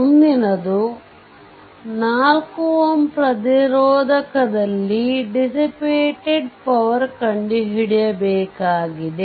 ಮುಂದಿನದು 4 Ω ಪ್ರತಿರೋಧಕದಲ್ಲಿ dissipated power ಕಂಡುಹಿಡಿಯಬೇಕಾಗಿದೆ